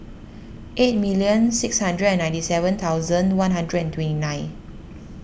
eight million six hundred and ninety seven thousand one hundred and twenty nine